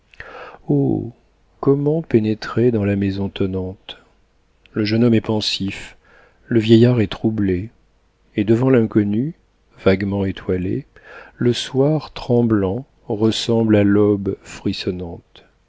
oh comment pénétrer dans la maison tonnante le jeune homme est pensif le vieillard est troublé et devant l'inconnu vaguement étoilé le soir tremblant ressemble à l'aube